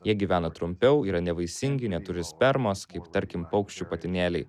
jie gyvena trumpiau yra nevaisingi neturi spermos kaip tarkim paukščių patinėliai